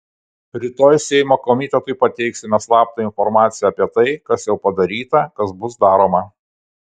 rytoj seimo komitetui pateiksime slaptą informaciją apie tai kas jau padaryta kas bus daroma